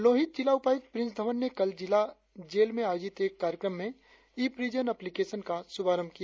लोहित जिला उपायुक्त प्रिंस धवन ने कल जिला जेल में आयोजित एक कार्यक्रम में ई प्रिजन एप्लिकेशन का श्रभारंभ किया